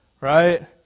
right